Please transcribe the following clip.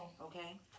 Okay